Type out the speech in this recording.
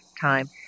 time